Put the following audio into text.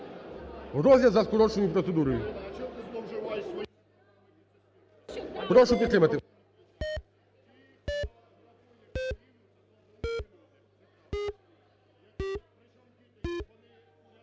розгляд за скороченою процедурою. Прошу підтримати.